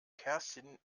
kerstin